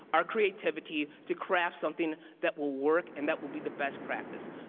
our creativity, to craft something that will work and that will be the best practice.